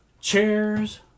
chairs